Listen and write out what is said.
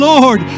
Lord